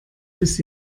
bis